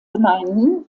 gemeinden